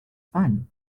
fun